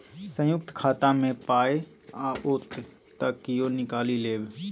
संयुक्त खाता मे पाय आओत त कियो निकालि लेब